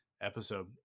episode